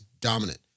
dominant